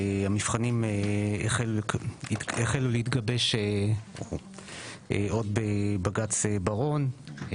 המבחנים החלו להתגבש עוד בבג"צ בראון,